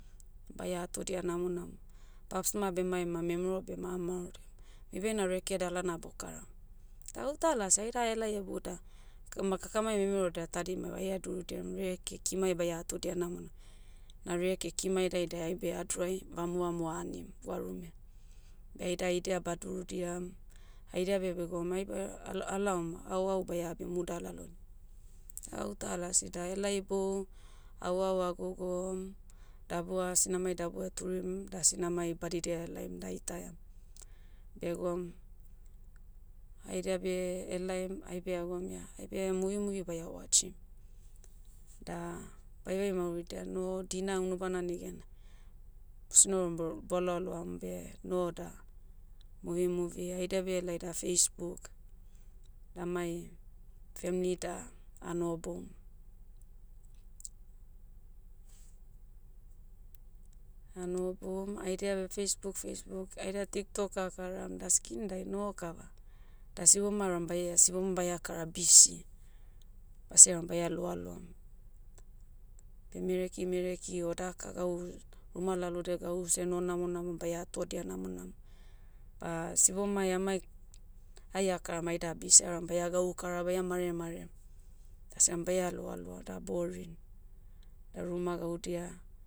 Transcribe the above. Baia atodia namonam. Paps ma bemaim ma memero bema maorodi, mui ena reke dalana bokara. Tauta las aida helai hebou da, ka- ma kakamai memeroda tadimai baia durudiam reke kimai baia atodia namonam. Na reke kimai daidai aibe adorai, vamuvamu anim, gwarume. Beh aida idia badurudiam. Haida beh begoum aibe, al- alaom auau baia abimu dalalo. Auta lasi da helai bou, auau ah gogom, dabua sinamai dabua eturim, da sinamai badidia ahelaim daitaiam. Beh goum, haida beh, elaim, aibe ah gwaum ia, aibe muvimuvi baia watchim. Da, vaevae mauridia no, dina unubana negena, boloaloam beh, noh da, muvimuvi haida beh helai da facebook, damai, femli ida, anohoboum. Anohoboum, haidia beh facebook facebook haidia tiktok akaram da skindai noho kava. Da siboma auram baia sibom baia kara bisi. Basi auram baia loaloam. Beh mereki mereki o dakagau, ruma laloda gau senoho namonamom baia atodia namonam. sibomai amai- ai akaram aida bis auram baia gaukara baia marere marerem. Dasiam baia loaloa da boring. Da ruma gaudia,